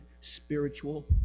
spiritual